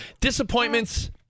disappointments